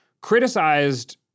criticized